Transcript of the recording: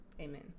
Amen